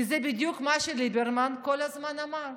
כי זה בדיוק מה שליברמן כל הזמן אמר.